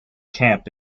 camp